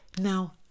Now